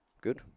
Good